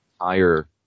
higher